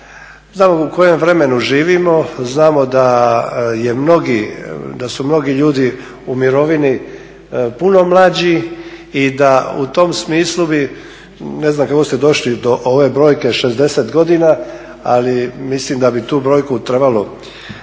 znamo u kojem vremenu živimo, znamo da su mnogi ljudi u mirovini puno mlađi i da u tom smislu bi ne znam kako ste došli do ove brojke 60 godina, ali mislim da bi tu brojku trebalo